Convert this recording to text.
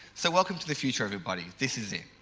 so, welcome to the future everybody, this is it.